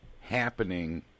happening